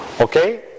Okay